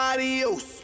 Adios